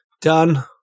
done